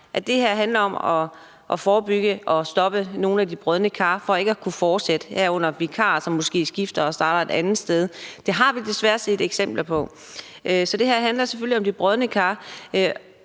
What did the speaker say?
at det her handler om at forebygge og stoppe nogle af de brodne kar, så de ikke kan fortsætte, herunder vikarer, som måske skifter og starter et andet sted. Det har vi desværre set eksempler på. Så det her handler selvfølgelig om de brodne kar,